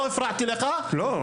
לא הפרעתי לך --- לא,